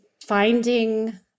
finding